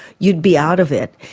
you'd be out of it.